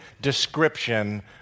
description